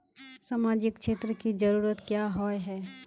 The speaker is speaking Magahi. सामाजिक क्षेत्र की जरूरत क्याँ होय है?